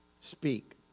speak